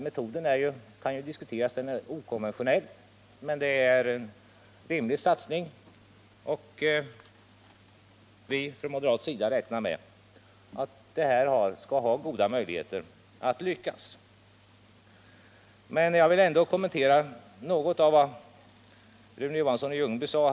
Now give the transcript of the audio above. Metoden kan diskuteras — den är ju okonventionell — men det är en rimlig satsning, och från moderat sida räknar vi med att satsningen har goda möjligheter att lyckas. Men jag vill ändå kommentera något av det som Rune Johansson i Ljungby sade.